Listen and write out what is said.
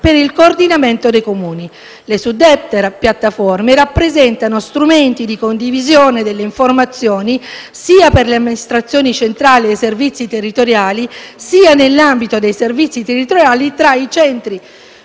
per il coordinamento dei Comuni. Le suddette piattaforme rappresentano strumenti di condivisione delle informazioni sia tra le amministrazioni centrali e i servizi territoriali sia, nell'ambito dei servizi territoriali, tra i centri